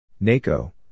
NACO